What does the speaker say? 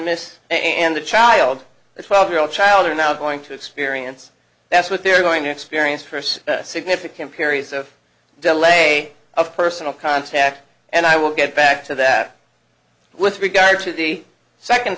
miss and the child the twelve year old child are now going to experience that's what they're going to experience first significant periods of delay of personal contact and i will get back to that with regard to the second